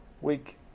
week